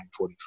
1945